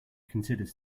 considers